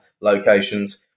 locations